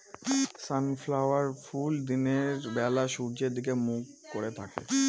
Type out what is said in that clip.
sunflower ফুল দিনের বেলা সূর্যের দিকে মুখ করে থাকে